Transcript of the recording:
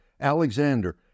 Alexander